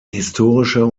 historischer